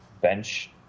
bench